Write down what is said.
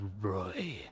Roy